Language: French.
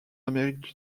amérique